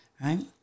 Right